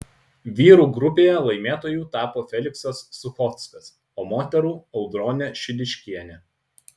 vyrų grupėje laimėtoju tapo feliksas suchockas o moterų audronė šidiškienė